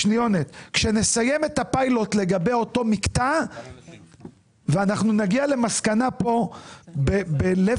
כשנסיים את הפיילוט לגבי אותו מקטע ונגיע למסקנה כאן בלב